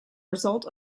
result